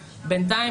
בינתיים,